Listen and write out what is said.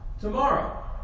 tomorrow